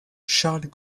charles